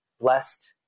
blessed